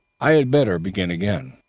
i had better begin again.